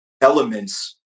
elements